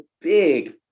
big